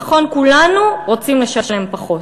נכון, כולנו רוצים לשלם פחות,